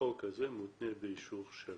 החוק הזה מותנה באישור של